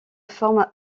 forme